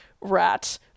rat